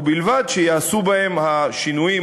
ובלבד שייעשו בהן השינויים הבאים,